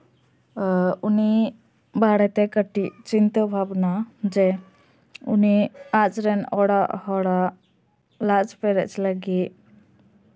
ᱮᱸᱜ ᱩᱱᱤ ᱵᱟᱨᱮᱛᱮ ᱠᱟᱹᱴᱤᱡ ᱪᱤᱱᱛᱟᱹ ᱵᱷᱟᱵᱱᱟ ᱡᱮ ᱩᱱᱤ ᱟᱡᱨᱮᱱ ᱚᱲᱟᱜ ᱦᱚᱲᱟᱜ ᱞᱟᱡᱽ ᱯᱮᱨᱮᱡ ᱞᱟᱹᱜᱤᱫ